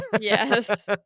Yes